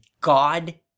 god